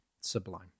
sublime